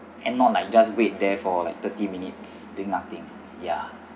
and not like just wait there for like thirty minutes doing nothing ya